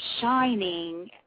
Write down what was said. shining